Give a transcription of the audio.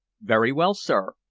very well, sir,